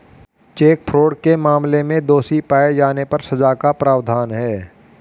check fraud के मामले में दोषी पाए जाने पर सजा का प्रावधान है